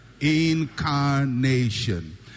Incarnation